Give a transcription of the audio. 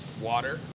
water